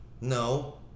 No